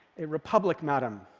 a republic, madam,